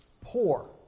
poor